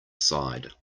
side